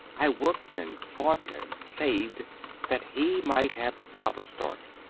i worked and fought and saved that he might have the proper start,